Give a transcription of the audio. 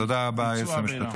תודה רבה, היועצת המשפטית.